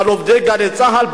על עובדי "גלי צה"ל",